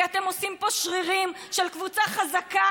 כי אתם עושים פה שרירים של קבוצה חזקה